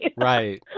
Right